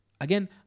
again